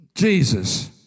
Jesus